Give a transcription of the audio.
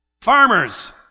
Farmers